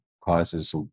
causes